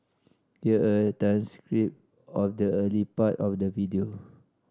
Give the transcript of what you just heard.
here a transcript of the early part of the video